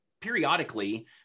periodically